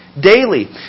Daily